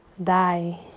die